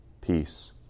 peace